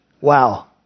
Wow